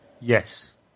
Yes